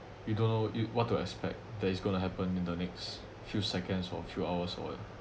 you don't know you what to expect that it's going to happen in the next few seconds for a few hours or what